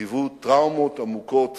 היו טראומות עמוקות